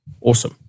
Awesome